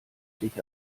dich